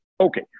Okay